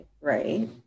right